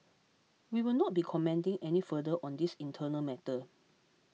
we will not be commenting any further on this internal matter